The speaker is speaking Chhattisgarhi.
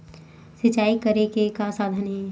सिंचाई करे के का साधन हे?